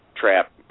trap